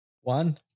One